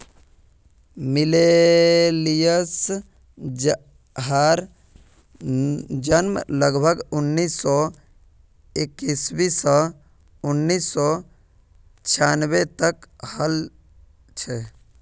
millennials जहार जन्म लगभग उन्नीस सौ इक्यासी स उन्नीस सौ छानबे तक हल छे